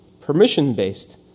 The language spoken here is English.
permission-based